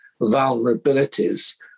vulnerabilities